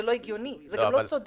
זה לא הגיוני וזה גם לא צודק.